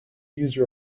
use